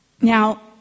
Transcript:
Now